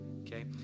okay